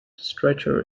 stretcher